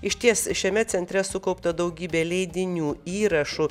išties šiame centre sukaupta daugybė leidinių įrašų